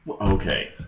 Okay